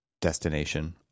destination